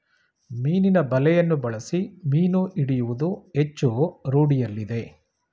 ಮೀನಿನ ಬಲೆಯನ್ನು ಬಳಸಿ ಮೀನು ಹಿಡಿಯುವುದು ಹೆಚ್ಚು ರೂಢಿಯಲ್ಲಿದೆ